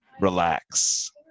relax